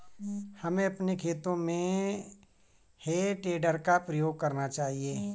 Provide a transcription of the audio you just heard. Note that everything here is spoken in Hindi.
हमें अपने खेतों में हे टेडर का प्रयोग करना चाहिए